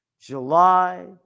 July